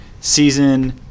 season